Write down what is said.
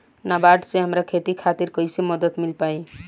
नाबार्ड से हमरा खेती खातिर कैसे मदद मिल पायी?